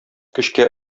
көчкә